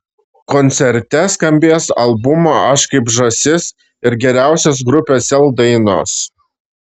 koncerte skambės albumo aš kaip žąsis ir geriausios grupės sel dainos